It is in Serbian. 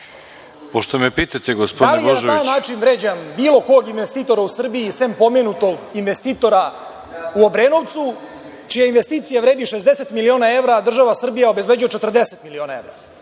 Pošto me pitate, gospodine Božoviću… **Balša Božović** Da li na taj način vređam bilo kog investitora u Srbiji, sem pomenutog investitora u Obrenovcu, čija investicija vredi 60 miliona evra, a država Srbija obezbeđuje 40 miliona evra?